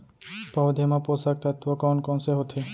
पौधे मा पोसक तत्व कोन कोन से होथे?